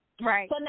right